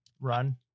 run